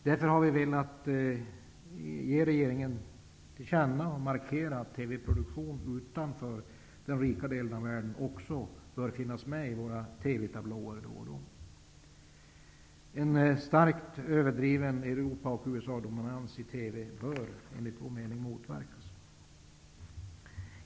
Därför har vi velat ge regeringen till känna och markera att TV-produktion utanför den rika delen av världen också bör finnas med i våra TV-tablåer då och då. En starkt överdriven Europa och USA dominans i TV bör enligt vår mening motverkas.